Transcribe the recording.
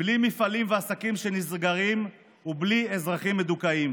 בלי מפעלים ועסקים שנסגרים ובלי אזרחים מדוכאים,